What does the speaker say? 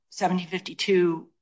1752